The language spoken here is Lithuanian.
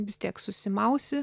vis tiek susimausi